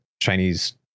Chinese